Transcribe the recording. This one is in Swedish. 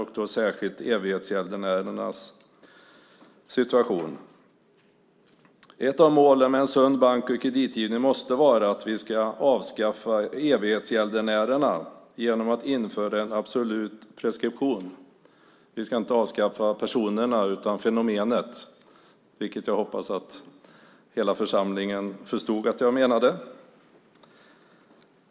Särskilt gäller det evighetsgäldenärernas situation. Ett av målen med en sund bank och kreditgivning måste vara att avskaffa evighetsgäldenärerna genom att införa en absolut preskription. Ja, vi ska inte avskaffa personerna utan fenomenet evighetsgäldenärer, vilket jag hoppas att hela församlingen här förstått att jag menar.